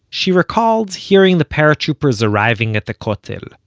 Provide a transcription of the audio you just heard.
she recalled hearing the paratroopers arriving at the kotel.